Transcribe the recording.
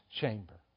chamber